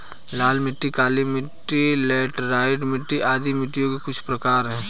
लाल मिट्टी, काली मिटटी, लैटराइट मिट्टी आदि मिट्टियों के कुछ प्रकार है